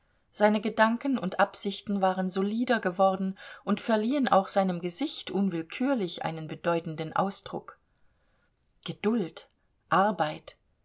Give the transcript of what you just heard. seine gedanken und absichten waren solider geworden und verliehen auch seinem gesicht unwillkürlich einen bedeutenden ausdruck geduld arbeit